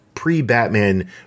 pre-Batman